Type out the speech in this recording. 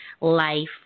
life